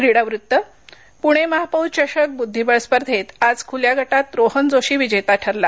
क्रीडावृत्त पूणे महापौर चषक बुद्धीबळ स्पर्धेत आज खुल्या गटात रोहन जोशी विजेता ठरला